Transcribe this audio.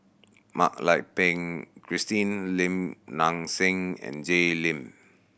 Mak Lai Peng Christine Lim Nang Seng and Jay Lim